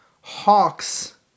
Hawks